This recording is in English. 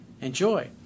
enjoy